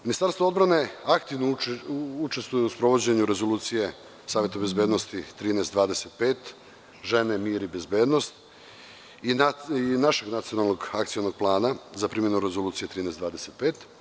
Ministarstvo odbrane aktivno učestvuje u sprovođenju Rezolucije Saveta bezbednosti 1325 – „Žene, mir i bezbednost“ i našeg nacionalnog Akcionog plana za primenu Rezolucije 1325.